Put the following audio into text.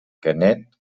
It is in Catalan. canet